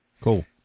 Cool